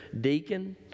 deacon